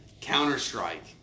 Counter-Strike